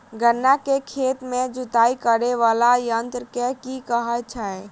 गन्ना केँ खेत केँ जुताई करै वला यंत्र केँ की कहय छै?